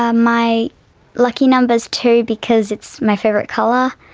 ah my lucky number's two because it's my favourite colour.